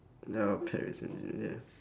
ya paris saint